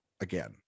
again